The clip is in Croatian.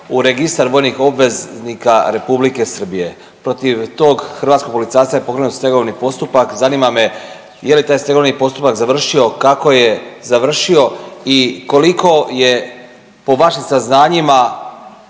u Registar vojnih obveznika Republike Srbije. Protiv tog hrvatskog policajca je pokrenut stegovni postupak, zanima me je li taj stegovni postupak završio, kako je završio i koliko je po vašim saznanjima